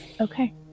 okay